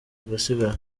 agasigara